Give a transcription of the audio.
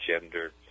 gender